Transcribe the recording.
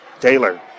Taylor